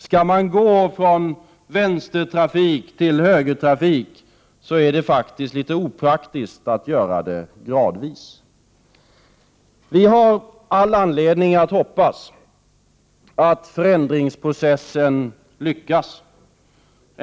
Skall man gå från vänstertrafik till högertrafik är det faktiskt litet opraktiskt att göra det gradvis. Vi har all anledning att hoppas att förändringsprocessen lyckas.